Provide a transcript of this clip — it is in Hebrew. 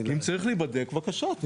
אם צריך להיבדק, בבקשה.